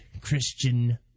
Christian